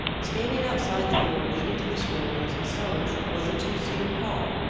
standing outside the door leading to the storerooms and cellars was a two-seater car.